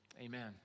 Amen